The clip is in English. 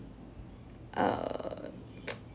err